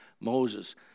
Moses